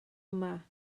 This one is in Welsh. yma